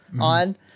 on